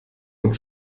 und